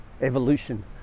evolution